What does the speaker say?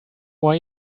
why